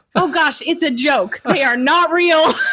oh, gosh, it's a joke. they are not real.